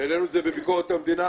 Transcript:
והעלינו את זה בביקורת המדינה,